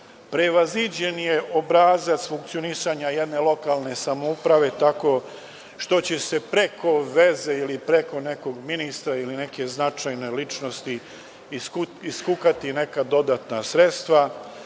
projekata. Prevaziđen je obrazac funkcionisanja jedne lokalne samouprave tako što će se preko veze ili preko nekog ministra ili neke značajne ličnosti iskukati neka dodatna sredstva